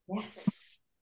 Yes